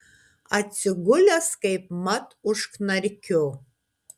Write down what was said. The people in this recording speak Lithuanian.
atsigulęs kaipmat užknarkiu